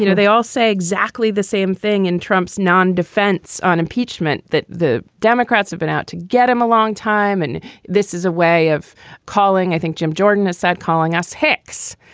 you know they all say exactly the same thing and trumps non-defense on impeachment that the democrats have been out to get him a long time. and this is a way of calling, i think, jim jordan a sad calling us hicks.